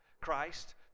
Christ